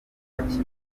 bakimara